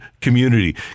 community